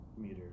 Meter